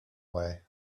way